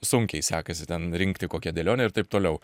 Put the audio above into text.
sunkiai sekasi ten rinkti kokią dėlionę ir taip toliau